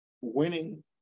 winning